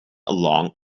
along